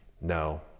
no